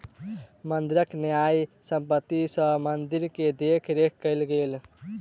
मंदिरक न्यास संपत्ति सॅ मंदिर के देख रेख कएल गेल